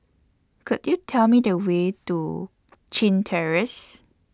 Could YOU Tell Me The Way to Chin Terrace